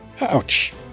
Ouch